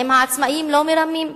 האם העצמאים לא מרמים?